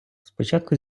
спочатку